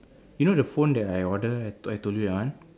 you know the phone that I ordered I told you that one